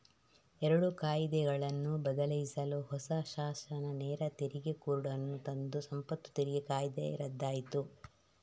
ಎರಡು ಕಾಯಿದೆಗಳನ್ನು ಬದಲಿಸಲು ಹೊಸ ಶಾಸನ ನೇರ ತೆರಿಗೆ ಕೋಡ್ ಅನ್ನು ತಂದು ಸಂಪತ್ತು ತೆರಿಗೆ ಕಾಯ್ದೆ ರದ್ದಾಯ್ತು